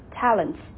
talents